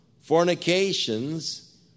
fornications